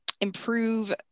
improve